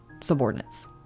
subordinates